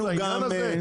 לעניין הזה?